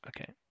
okay